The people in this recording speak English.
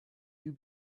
you